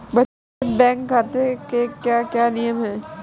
बचत बैंक खाते के क्या क्या नियम हैं?